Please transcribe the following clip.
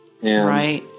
right